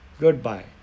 goodbye